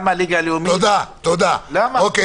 מה ההבדל?